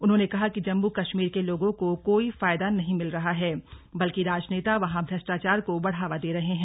उन्होंने कहा कि जम्मू कश्मीर के लोगों को कोई फायदा नहीं मिल रहा है बल्कि राजनेता वहां भ्रष्टाचार को बढ़ावा दे रहे हैं